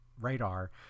radar